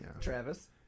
Travis